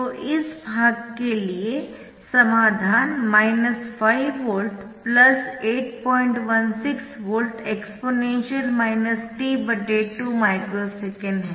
तो इस भाग के लिए समाधान 5V 816 V exp t 2 microsecond है